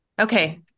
Okay